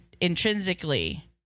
intrinsically